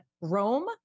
Rome